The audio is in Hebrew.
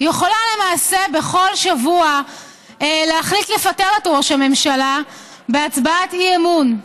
יכולה למעשה בכל שבוע להחליט לפטר את ראש הממשלה בהצבעת אי-אמון.